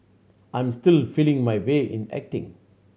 I'm still feeling my way in acting